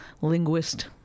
linguist